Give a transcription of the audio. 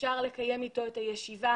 אפשר לקיים אתו את הישיבה.